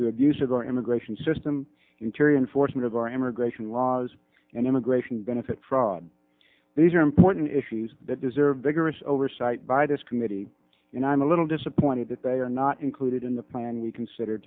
to abuse of our immigration system interior enforcement of our immigration laws and immigration benefit fraud these are important issues that deserve vigorous oversight by this committee and i'm a little disappointed that they are not included in the plan we consider